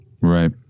Right